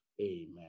Amen